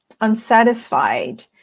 unsatisfied